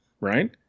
right